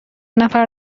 نفر